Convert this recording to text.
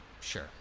Sure